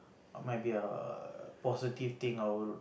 might be a positive thing I'll